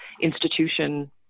institution